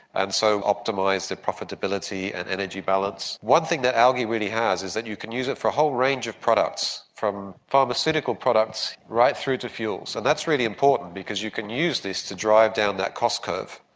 and so optimise the profitability and energy balance. one thing that algae really has is that you can use it for a whole range of products, from pharmaceutical products right through to fuels. so that's really important because you can use this to drive down that cost curve.